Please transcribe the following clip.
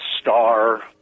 star